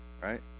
right